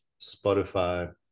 Spotify